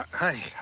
hey,